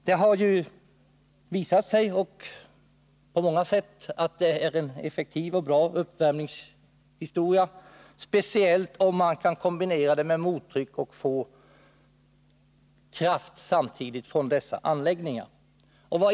Det har visat sig att fjärrvärmen är en effektiv och bra uppvärmningsmetod, speciellt om man kan kombinera den med mottryck och samtidigt få kraft från anläggningarna.